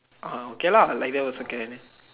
ah okay lah like that also can